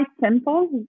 simple